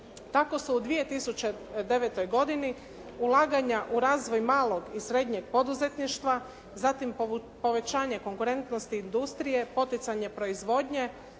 Tako su u 2009. godini ulaganja u razvoj malog i srednjeg poduzetništva, zatim povećanje konkurentnosti industrije, poticanje proizvodnje,